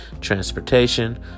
transportation